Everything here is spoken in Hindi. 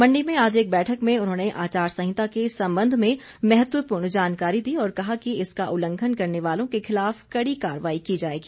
मंडी में आज एक बैठक में उन्होंने आचार संहिता के संबंध में महत्वपूर्ण जानकारी दी और कहा कि इसका उल्लंघन करने वालों के खिलाफ कड़ी कार्रवाई की जाएगी